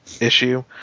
issue